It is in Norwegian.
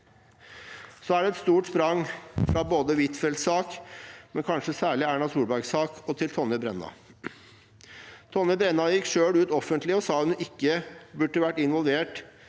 Så er det et stort sprang fra Huitfeldts sak, men kanskje særlig Erna Solbergs sak til Tonje Brennas. Tonje Brenna gikk selv ut offentlig og sa hun ikke burde vært involvert